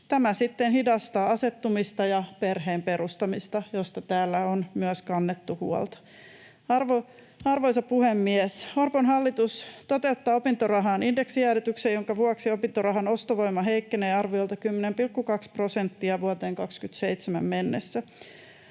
hidastaa asettumista ja perheen perustamista, josta täällä on myös kannettu huolta. Arvoisa puhemies! Orpon hallitus toteuttaa opintorahan indeksijäädytyksen, jonka vuoksi opintorahan ostovoima heikkenee arviolta 10,2 prosenttia vuoteen 27 mennessä.